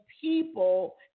people